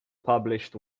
published